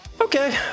Okay